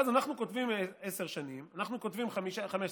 אנחנו כותבים עשר שנים, אנחנו כותבים 15 שנה,